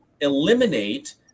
eliminate